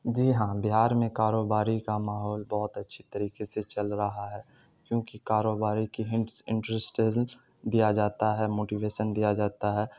جی ہاں بہار میں کاروباری کا ماحول بہت اچھے طریقے سے چل رہا ہے کیونکہ کاروباری کی ہنٹس انٹرسٹز دیا جاتا ہے موٹیویشن دیا جاتا ہے